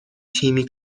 تیمی